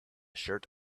shirt